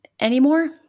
anymore